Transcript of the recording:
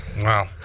Wow